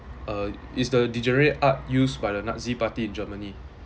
uh is the degenerate art used by the nazi party in germany